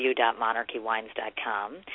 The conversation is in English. www.monarchywines.com